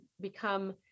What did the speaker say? become